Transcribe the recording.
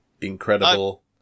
incredible